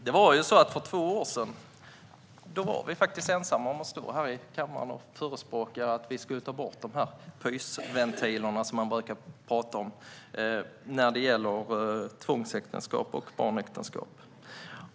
Herr talman! För två år sedan var vi faktiskt ensamma om att stå här i kammaren och förespråka att vi skulle ta bort de pysventiler man brukar tala om när det gäller tvångs och barnäktenskap.